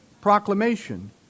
proclamation